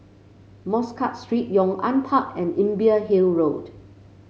Muscat Street Yong An Park and Imbiah Hill Road